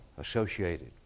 associated